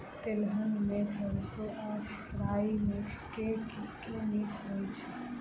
तेलहन मे सैरसो आ राई मे केँ नीक होइ छै?